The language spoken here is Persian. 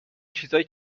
چیزای